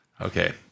Okay